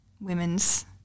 women's